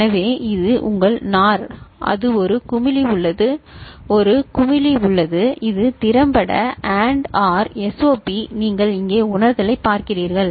எனவே இது உங்கள் NOR அது ஒரு குமிழி உள்ளது ஒரு குமிழி உள்ளது இது திறம்பட AND OR SOP நீங்கள் இங்கே உணர்தலை பார்க்கிறீர்கள்